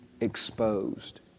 exposed